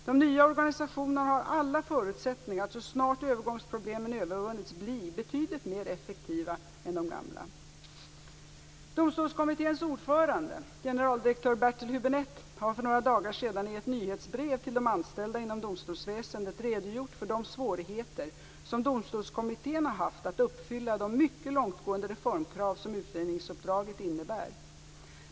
De nya organisationerna har alla förutsättningar att så snart övergångsproblemen övervunnits bli betydligt mer effektiva än de gamla. Bertil Hübinette, har för några dagar sedan i ett nyhetsbrev till de anställda inom domstolsväsendet redogjort för de svårigheter som Domstolskommittén har haft att uppfylla de mycket långtgående reformkrav som utredningsuppdraget innebär.